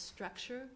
structure